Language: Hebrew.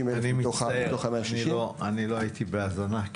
מצטער, לא הייתי בהאזנה.